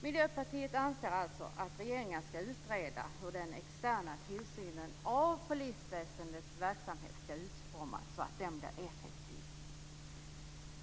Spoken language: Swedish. Miljöpartiet anser alltså att regeringen skall utreda hur den externa tillsynen av polisväsendets verksamhet skall utformas så att den blir effektiv.